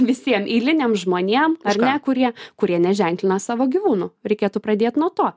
visiem eiliniam žmonėm ar ne kurie kurie neženklina savo gyvūnų reikėtų pradėt nuo to